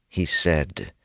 he said,